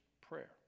Prayer